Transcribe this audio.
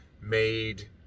made